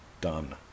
Done